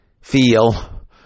feel